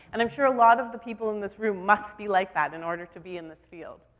and i'm sure a lot of the people in this room must be like that in order to be in this field.